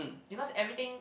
because everything